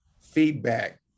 feedback